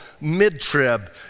mid-trib